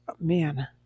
man